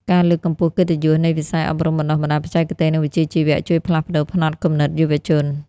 ការលើកកម្ពស់កិត្តិយសនៃវិស័យអប់រំបណ្ដុះបណ្ដាលបច្ចេកទេស និងវិជ្ជាជីវៈ ជួយផ្លាស់ប្តូរផ្នត់គំនិតយុវជន។